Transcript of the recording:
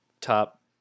top